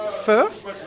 first